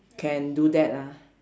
can do that ah